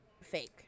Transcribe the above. fake